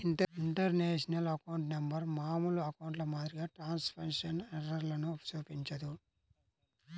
international account number మామూలు అకౌంట్ల మాదిరిగా ట్రాన్స్క్రిప్షన్ ఎర్రర్లను చూపించదు